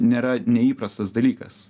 nėra neįprastas dalykas